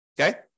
Okay